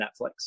Netflix